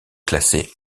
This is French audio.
classés